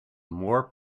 more